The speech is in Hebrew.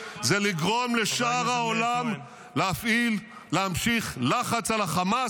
הוא לגרום לשאר העולם להמשיך להפעיל לחץ על חמאס,